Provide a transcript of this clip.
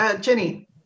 Jenny